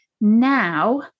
Now